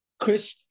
Chris